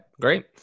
great